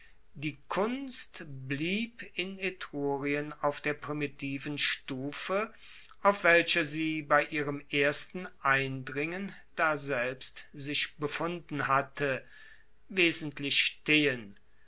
die kunst blieb in etrurien auf der primitiven stufe auf welcher sie bei ihrem ersten eindringen daselbst sich befunden hatte wesentlich stehen